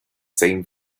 same